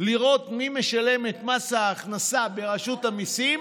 לראות מי משלם את מס ההכנסה ברשות המיסים,